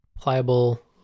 pliable